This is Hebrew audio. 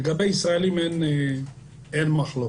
לגבי ישראלים אין מחלוקת.